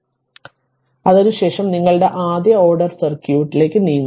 അതിനാൽ അതിനുശേഷം നിങ്ങളുടെ ആദ്യ ഓർഡർ സർക്യൂട്ടിലേക്ക് നീങ്ങും